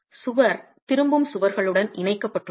சுவர் திரும்பும் சுவர்களுடன் இணைக்கப்பட்டுள்ளது